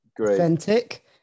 authentic